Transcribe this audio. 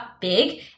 big